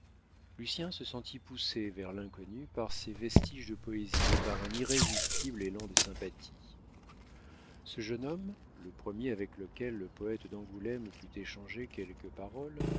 lucien se sentit poussé vers l'inconnu par ces vestiges de poésie et par un irrésistible élan de sympathie ce jeune homme le premier avec lequel le poète d'angoulême put échanger quelques paroles